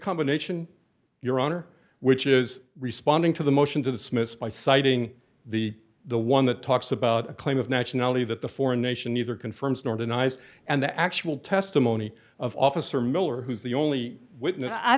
combination your honor which is responding to the motion to dismiss by citing the the one that talks about a claim of nationality that the foreign nation neither confirm nor deny has and the actual testimony of officer miller who's the only